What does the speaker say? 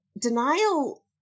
denial